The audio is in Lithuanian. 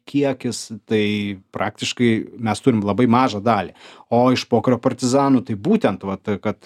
kiekis tai praktiškai mes turim labai mažą dalį o iš pokario partizanų tai būtent vat kad